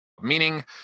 meaning